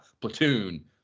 Platoon